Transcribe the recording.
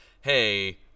hey